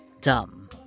Dumb